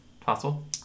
Possible